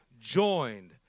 joined